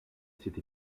cette